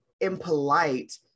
impolite